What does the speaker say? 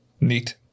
Neat